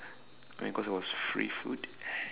I mean cause it was free food